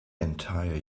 entire